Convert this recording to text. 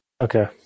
Okay